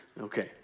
okay